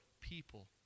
people